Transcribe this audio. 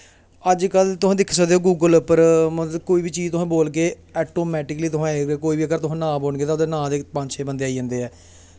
अज्ज कल तुस दिक्खी सकदे ओ गूगल उप्पर मतलब कोई बी चीज तुसें बोलगे ऑटोमेटिकली कोई बी कोई अगर तुसें नांऽ बोलगे ते पंज छेऽ बंदे आई जंदे ऐ